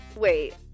Wait